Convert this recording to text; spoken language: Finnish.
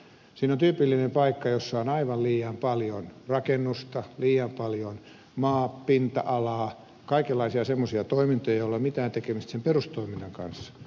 siinä on tyypillinen paikka jossa on aivan liian paljon rakennusta liian paljon maapinta alaa kaikenlaisia semmoisia toimintoja joilla ei ole mitään tekemistä sen perustoiminnan kanssa